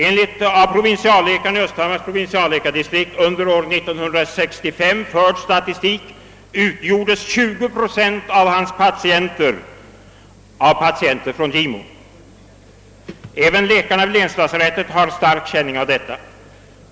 Enligt av provinsialläkaren i Östhammars provinsialläkardistrikt under år 1965 förd statistik utgjordes till 20 procent hans patienter av invånare i Gimo. Även läkarna vid länslasarettet har stark känning av detta.